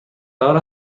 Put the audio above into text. قرار